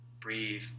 Breathe